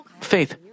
faith